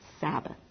sabbath